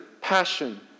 passion